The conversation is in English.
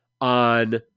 on